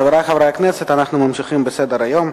חברי חברי הכנסת, אנחנו ממשיכים בסדר-היום.